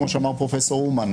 כמו שאמר פרופ' אומן,